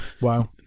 Wow